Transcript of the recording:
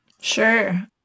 Sure